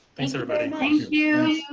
thanks, everybody. thank you.